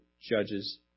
judges